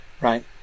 right